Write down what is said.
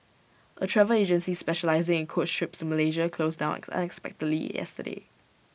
A travel agency specialising in coach trips Malaysia closed down unexpectedly yesterday